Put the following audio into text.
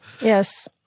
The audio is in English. Yes